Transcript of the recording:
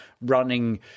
running